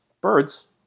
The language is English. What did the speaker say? birds